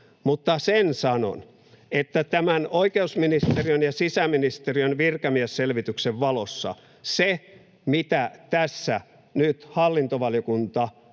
mutta sen sanon, että tämän oikeusministeriön ja sisäministeriön virkamiesselvityksen valossa se, mitä tässä nyt hallintovaliokunta